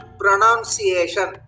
pronunciation